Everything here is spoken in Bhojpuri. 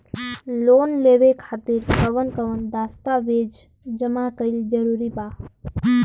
लोन लेवे खातिर कवन कवन दस्तावेज जमा कइल जरूरी बा?